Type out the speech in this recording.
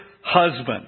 husband